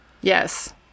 Yes